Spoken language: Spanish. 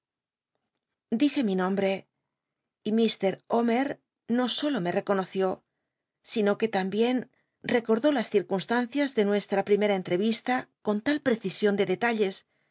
dije mi nombre y mr homer no solo me reconoció sino que tambien recordó las circunstancias de nuestra primera entrevista con tal prccision de detalles